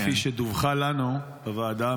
כפי שדווחה לנו בוועדה,